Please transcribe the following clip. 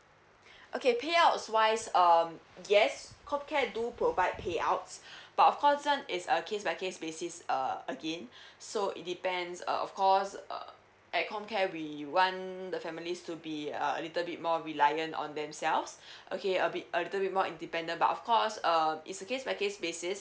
okay payouts wise um yes comcare do provide payouts but of course this one is a case by case basis uh again so it depends uh of course uh at comcare we want the families to be uh a little bit more reliant on themselves okay a bit a little bit more independent but of course uh it's a case by case basis